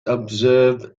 observe